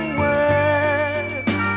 words